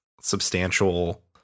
substantial